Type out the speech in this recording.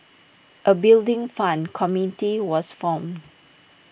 A Building Fund committee was formed